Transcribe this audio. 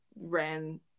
ran